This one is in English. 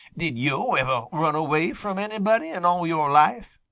did yo' ever run away from anybody in all your life?